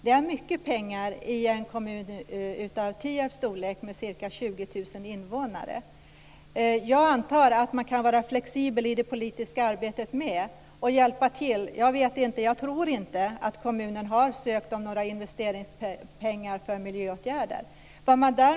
Det är mycket pengar i en kommun av Tierps storlek med ca 20 000 invånare. Jag antar att man kan vara flexibel i det politiska arbetet och hjälpa till. Jag tror inte att kommunen har sökt investeringspengar för miljöåtgärder.